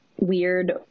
weird